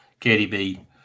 KDB